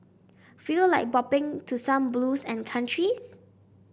feel like bopping to some blues and countries